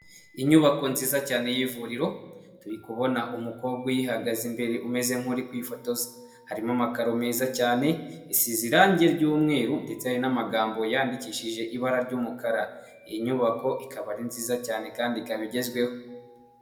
Inyubako nziza cyane y'ivuriro turi kubona umukobwa, uyihagaze imbere umeze nk'uri kwifoto, harimo amakaro meza cyane isize irangi ry'umweru ndetse n'amagambo, yandikishije ibara ry'umukara iyi nyubako ikaba ari nziza cyane kandi ikaba igezweho.